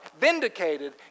vindicated